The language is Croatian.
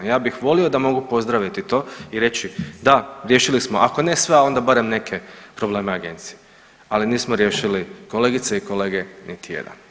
Ja bih volio da mogu pozdraviti to i reći da, riješili smo ako ne sve, a onda barem neke probleme agencije ali nismo riješili kolegice i kolege niti jedan.